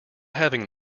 having